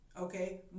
Okay